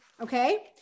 Okay